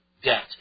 debt